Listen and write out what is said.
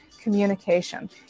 communication